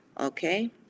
okay